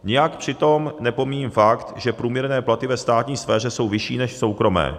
Nijak při tom nepomíjím fakt, že průměrné platy ve státní sféře jsou vyšší než v soukromé.